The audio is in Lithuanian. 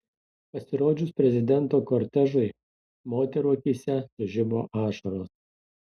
pasirodžius prezidento kortežui moterų akyse sužibo ašaros